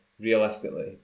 realistically